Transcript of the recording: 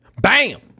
bam